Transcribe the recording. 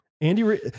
Andy